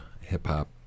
hip-hop